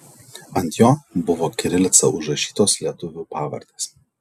ant jo buvo kirilica užrašytos lietuvių pavardės